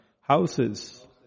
Houses